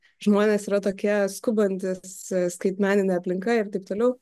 žmonės yra tokie skubantys skaitmenine aplinka ir taip toliau